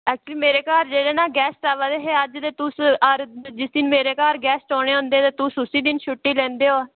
अज्ज मेरे घर जेह्ड़े ना गैस्ट आवा दे हे अज्ज ते तुस हर जिस दिन मेरे घर गैस्ट औने होंदे ते उसी दिन छुट्टी लैंदे ओ